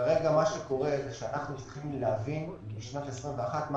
כרגע אנחנו צריכים להבין בשנת 2021 מה